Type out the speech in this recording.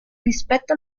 rispetto